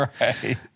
Right